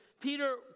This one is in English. Peter